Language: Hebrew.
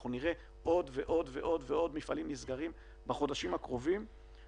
אנחנו נראה עוד ועוד ועוד מפעלים נסגרים בחודשים הקרובים.